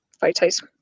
photos